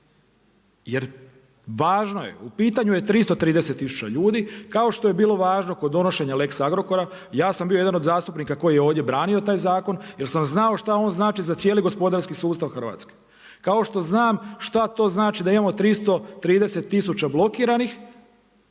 Jer važno je, u pitanju je 330 tisuća ljudi kao što je bilo važno kod donošenja lex Agrokora, ja sam bio jedan od zastupnika koji je ovdje branio taj zakon jer sam znao šta on znači za cijeli gospodarski sustav Hrvatske. Kao što znam šta to znači da imamo 330 tisuća blokiranih